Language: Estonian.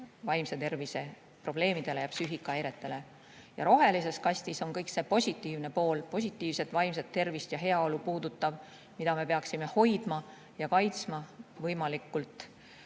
vaimse tervise probleemidele ja psüühikahäiretele. Rohelises kastis on kõik see positiivne pool, positiivset vaimset tervist ja heaolu puudutav, mida me peaksime hoidma ja kaitsma võimalikult